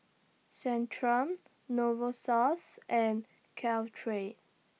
Centrum Novosource and Caltrate